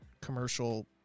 commercial